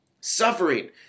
suffering